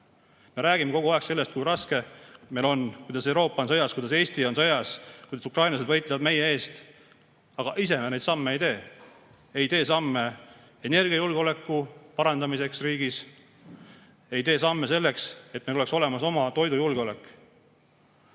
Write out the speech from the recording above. Me räägime kogu aeg sellest, kui raske meil on, kuidas Euroopa on sõjas, kuidas Eesti on sõjas, kuidas ukrainlased võitlevad meie eest. Aga ise me neid samme ei tee. Ei tee samme energiajulgeoleku parandamiseks riigis, ei tee samme selleks, et meil oleks olemas oma toidujulgeolek. Nüüd